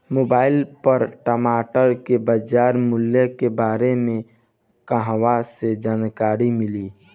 Mobile पर टमाटर के बजार मूल्य के बारे मे कहवा से जानकारी मिली?